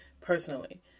personally